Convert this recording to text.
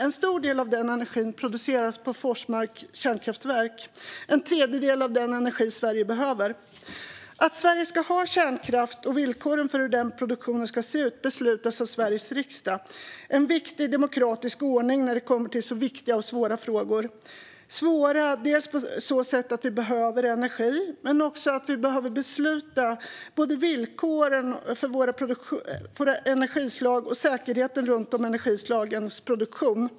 En stor del av denna energi produceras på Forsmarks kärnkraftverk - en tredjedel av den energi som Sverige behöver. Att Sverige ska ha kärnkraft och villkoren för hur den produktionen ska se ut beslutas av Sveriges riksdag. Det är en viktig demokratisk ordning när det kommer till så viktiga och svåra frågor. De är svåra på så sätt att vi behöver energi. Men de är också svåra på så sätt att vi behöver besluta om både villkoren för våra energislag och säkerheten runt de olika energislagens produktion.